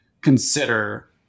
consider